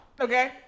Okay